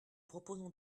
proposons